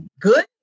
good